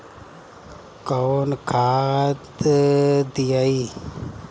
कौन खाद दियई?